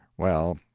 well,